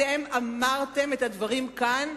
אתם אמרתם את הדברים כאן,